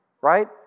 Right